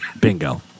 Bingo